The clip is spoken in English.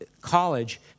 college